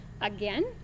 again